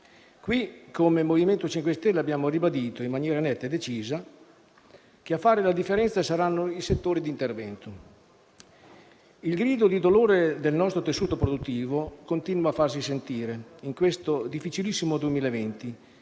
Qui, come MoVimento 5 Stelle, abbiamo ribadito in maniera netta e decisa che a fare la differenza saranno i settori di intervento. Il grido di dolore del nostro tessuto produttivo continua a farsi sentire in questo difficilissimo 2020,